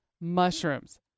mushrooms